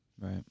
Right